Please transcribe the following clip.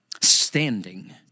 standing